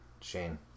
Shane